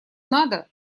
надо